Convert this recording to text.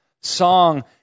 song